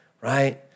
right